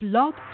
Blog